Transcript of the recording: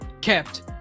kept